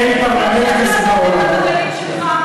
אין פרלמנט כזה בעולם.